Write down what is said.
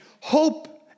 Hope